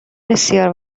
بسیار